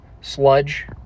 sludge